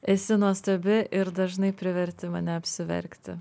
esi nuostabi ir dažnai priverti mane apsiverkti